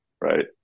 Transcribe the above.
Right